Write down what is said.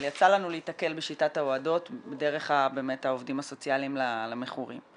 אבל יצא לנו להיתקל בשיטת ההועדות דרך באמת העובדים הסוציאליים למכורים,